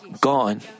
gone